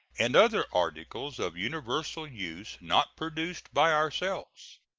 and other articles of universal use not produced by ourselves.